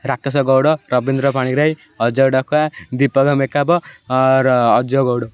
Rakesh Gouda Rabindra Panigrahi Ajay Dakua Deepak Mekab Ajay Gaud